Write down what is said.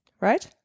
right